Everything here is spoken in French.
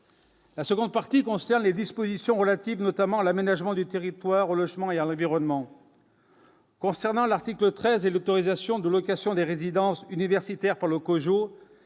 La seconde partie concerne les dispositions relatives notamment à l'aménagement du territoire, au logement, hier le déroulement. Concernant l'article 13 et l'autorisation de location des résidences universitaires par le COJO